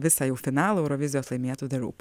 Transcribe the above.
visą jau finalą eurovizijos laimėtų the roop